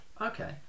Okay